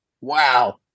wow